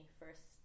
first